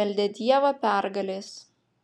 meldė dievą pergalės